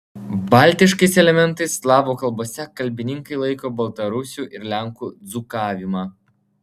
baltiškais elementais slavų kalbose kalbininkai laiko baltarusių ir lenkų dzūkavimą